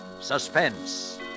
suspense